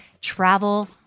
travel